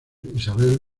isabel